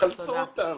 תחלצו אותם.